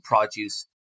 produce